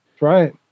Right